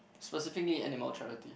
specifically animal charity